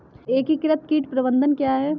एकीकृत कीट प्रबंधन क्या है?